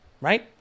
Right